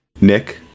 Nick